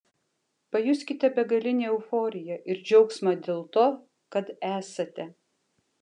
pajuskite begalinę euforiją ir džiaugsmą dėl to kad esate